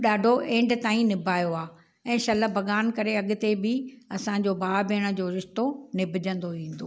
ॾाढो एंड ताईं निभायो आहे ऐं शल भॻवानु करे अॻिते बि असांजो भाउ भेण जो रिश्तो निभिजंदो ईंदो